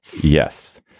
Yes